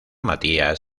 matías